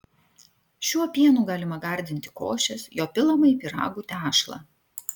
šiuo pienu galima gardinti košes jo pilama į pyragų tešlą